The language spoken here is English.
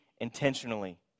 intentionally